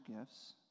gifts